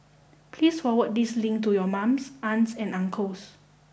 please forward this link to your mums aunts and uncles